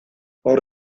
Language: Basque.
hor